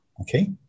Okay